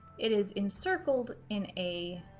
it is encircled in a